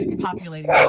populating